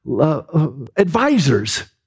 advisors